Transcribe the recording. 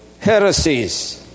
heresies